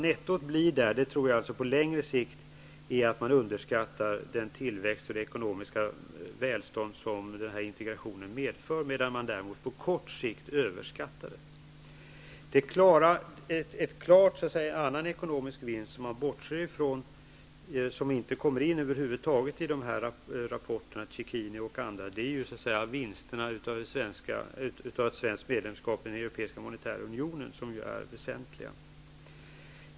Nettot tror jag alltså på längre sikt blir att man underskattar den tillväxt och det ekonomiska välstånd som integrationen medför, medan man däremot på kort sikt överskattar den. En annan klar ekonomisk vinst som man bortser ifrån, som över huvud taget inte kommer in i de här rapporterna, Cecchini och andra, är vinsten av ett svenskt medlemskap i den europeiska monetära unionen. Den är väsentlig.